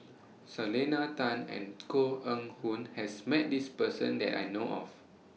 Selena Tan and Koh Eng Hoon has Met This Person that I know of